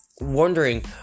wondering